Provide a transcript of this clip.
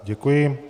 Děkuji.